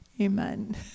Amen